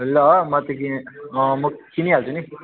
ल म त्यो किने अँ म किनिहाल्छु नि